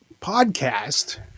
podcast